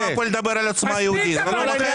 אם היא באה פה לדבר על עוצמה יהודית זה לא לעניין.